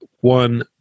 one